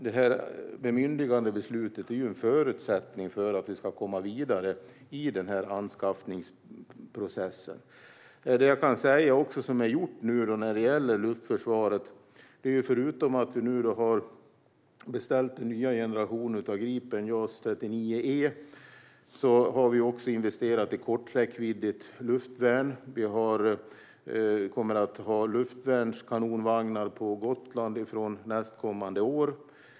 Bemyndigandebeslutet är ju en förutsättning för att vi ska komma vidare i anskaffningsprocessen. Det jag kan säga också är gjort när det gäller luftförsvaret är att vi förutom att nu ha beställt den nya generationen av Gripen, JAS 39 E, också har investerat i korträckviddigt luftvärn. Vi kommer att ha luftvärnskanonvagnar på Gotland från nästkommande år.